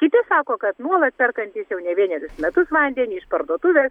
kiti sako kad nuolat perkantys jau ne vienerius metus vandenį iš parduotuvės